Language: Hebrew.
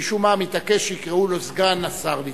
שמשום מה מתעקש שיקראו לו סגן השר ליצמן.